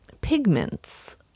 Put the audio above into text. pigments